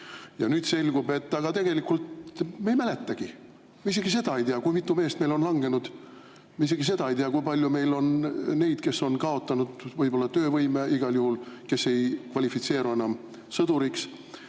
nüüd selgub, et tegelikult me ei mäleta neid, me ei teagi, kui mitu meest meil on langenud. Me isegi seda ei tea, kui palju meil on neid, kes on kaotanud töövõime või igal juhul ei kvalifitseeru enam sõduriks.